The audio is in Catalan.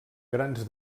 grans